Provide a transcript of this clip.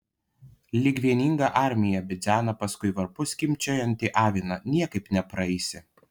lyg vieninga armija bidzena paskui varpu skimbčiojantį aviną niekaip nepraeisi